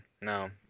No